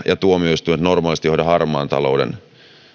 ja tuomioistuimet aivan normaalisti hoida harmaan talouden